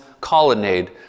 colonnade